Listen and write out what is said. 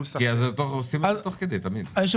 כי עושים תיקונים תוך כדי ההקראה.